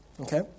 Okay